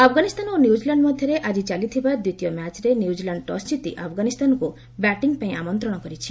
ଆଫ୍ଗାନିସ୍ତାନ ଓ ନ୍ୟୁଜିଲାଣ୍ଡ ମଧ୍ୟରେ ଆଜି ଚାଲିଥିବା ଦ୍ୱିତୀୟ ମ୍ୟାଚ୍ରେ ନ୍ୟୁଜିଲାଣ୍ଡ ଟସ୍ ଜିତି ଆଫ୍ଗାନିସ୍ତାନକୁ ବ୍ୟାଟିଂ ପାଇଁ ଆମନ୍ତ୍ରଣ କରିଛି